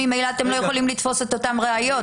ממילא אתם לא יכולים לתפוס את אותן ראיות.